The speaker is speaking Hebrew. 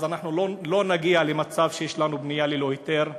אז אנחנו לא נגיע למצב שיש לנו בנייה ללא היתר.